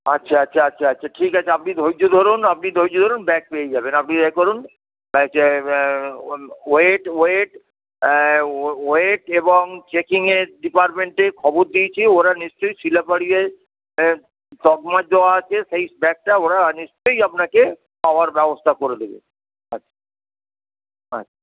আচ্ছা আচ্ছা আচ্ছা আচ্ছা ঠিক আছে আপনি ধৈর্য ধরুন আপনি ধৈর্য ধরুন ব্যাগ পেয়ে যাবেন আপনি একটু এ করুন ওয়েট ওয়েট ওয়েট এবং চেকিংয়ের ডিপার্টমেন্টে খবর দিয়েছি ওরা নিশ্চয়ই শিলা পাড়ুইয়ের মার্ক দেওয়া আছে সেই ব্যাগটা ওরা নিশ্চয়ই আপনাকে পাওয়ার ব্যবস্থা করে দেবে আচ্ছা আচ্ছা